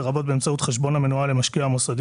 לרבות באמצעות חשבון המנוהל למשקיע מוסדי